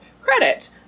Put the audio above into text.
credit